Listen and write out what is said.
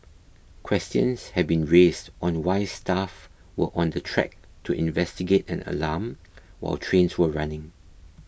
questions have been raised on why staff were on the track to investigate an alarm while trains were running